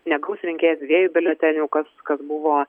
negaus rinkėjas dviejų biuletenių kas kas buvo